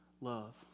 love